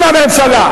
עם הממשלה.